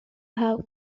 have